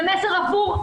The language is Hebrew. זה מסר הפוך.